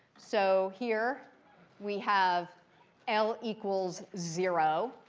so here we have l equals zero.